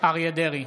אריה מכלוף דרעי,